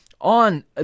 on